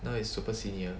now it's super senior